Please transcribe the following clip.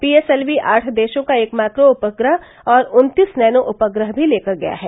PSLV आठ देशों का एक माइक्रो उपग्रह और उन्तीस नैनो उपग्रह भी लेकर गया है